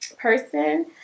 person